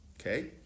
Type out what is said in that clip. okay